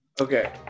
Okay